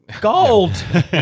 Gold